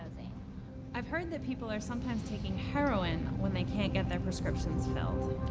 i've heard that people are sometimes taking heroin when they can't get their prescriptions filled.